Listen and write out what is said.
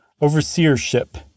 overseership